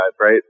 right